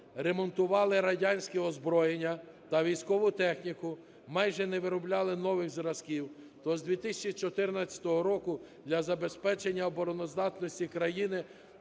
ремонтували радянське озброєння та військову техніку, майже не виробляли нових зразків, то з 2014 року для забезпечення обороноздатності країни